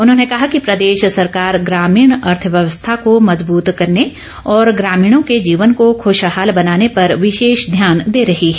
उन्होंने कहा कि प्रदेश सरकार ग्रामीण अर्थव्यवस्था को मजबूत करने और ग्रामीणों के जीवन को खुशहाल बनाने पर विशेष ध्यान दे रही है